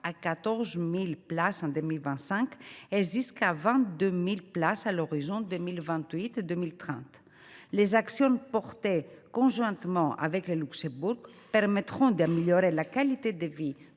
à 14 000 places en 2025 et jusqu’à 22 000 places à l’horizon 2028 2030. Les actions soutenues conjointement avec le Luxembourg permettront d’améliorer la qualité de vie